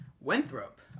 Winthrop